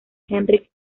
henrik